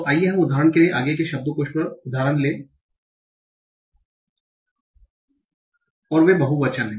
तो आइए हम उदाहरण के लिए आगे के शब्दकोश पर उदाहरण लें और वे बहुवचन हैं